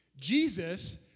Jesus